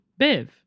Biv